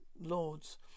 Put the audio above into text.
lords